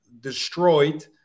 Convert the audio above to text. destroyed